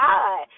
God